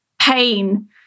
pain